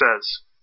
says